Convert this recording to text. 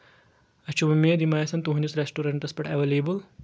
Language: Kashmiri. اَسہِ چھُ اُمید یِم آسن تُہنٛدِس ریسٹورنٛٹَس پؠٹھ ایویلیبٕل